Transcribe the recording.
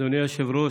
אדוני היושב-ראש,